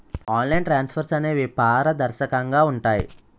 online transfers అనేవి పారదర్శకంగా ఉంటాయి